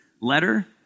letter